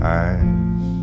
eyes